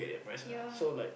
ya